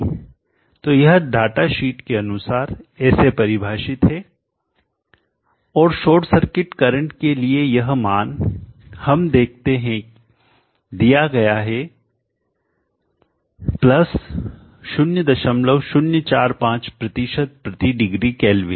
तो यह data sheet के अनुसार ऐसे परिभाषित है और शॉर्ट सर्किट करंट के लिए यह मान हम देखते हैं दिया गया है 0045 प्रति डिग्री केल्विन